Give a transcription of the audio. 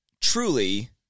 truly